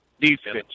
defense